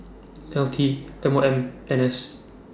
L T M O M N S